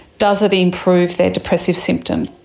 does it improve their depressive symptoms?